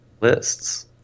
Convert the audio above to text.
lists